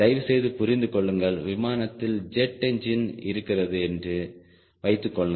தயவுசெய்து புரிந்து கொள்ளுங்கள் விமானத்தில் ஜெட் என்ஜின் இருக்கிறது என்று வைத்துக் கொள்ளுங்கள்